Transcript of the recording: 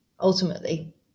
ultimately